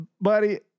buddy